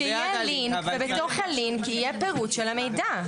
שיהיה לינק ובתוך הלינק יהיה פירוט של המידע.